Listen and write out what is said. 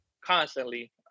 constantly